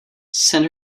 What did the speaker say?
send